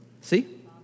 See